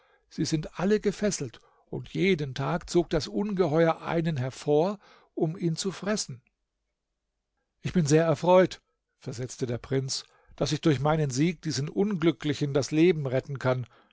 sie sind alle gefesselt und jeden tag zog das ungeheuer einen hervor um ihn zu fressen ich bin sehr erfreute versetzte der prinz daß ich durch meinen sieg diesen unglücklichen das leben retten kann